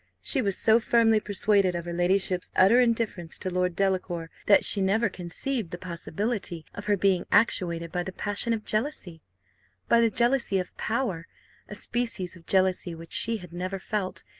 she was so firmly persuaded of her ladyship's utter indifference to lord delacour, that she never conceived the possibility of her being actuated by the passion of jealousy by the jealousy of power a species of jealousy which she had never felt,